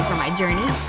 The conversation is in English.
my journey.